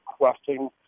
requesting